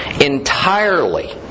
entirely